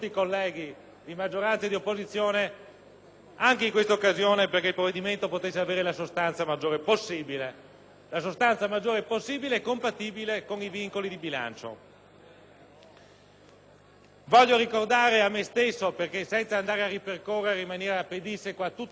anche in questa occasione perché il provvedimento potesse avere la maggior sostanza possibile compatibilmente con i vincoli di bilancio. Voglio ricordare a me stesso, senza andare a ripercorrere in maniera pedissequa tutto quanto è stato fatto e ottenuto,